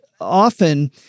often